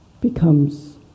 becomes